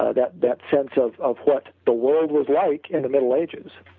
ah that that sense of of what the world was like in the middle ages